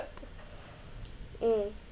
mm